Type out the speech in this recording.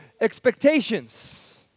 expectations